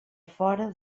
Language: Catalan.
fora